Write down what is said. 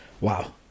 wow